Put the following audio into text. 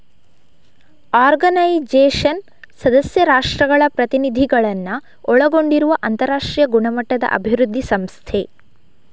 organisation ಸದಸ್ಯ ರಾಷ್ಟ್ರಗಳ ಪ್ರತಿನಿಧಿಗಳನ್ನ ಒಳಗೊಂಡಿರುವ ಅಂತರಾಷ್ಟ್ರೀಯ ಗುಣಮಟ್ಟದ ಅಭಿವೃದ್ಧಿ ಸಂಸ್ಥೆ